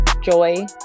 joy